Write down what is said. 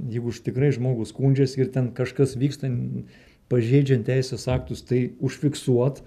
jeigu tikrai žmogus skundžiasi ir ten kažkas vyksta pažeidžiant teisės aktus tai užfiksuot